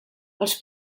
els